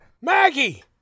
Maggie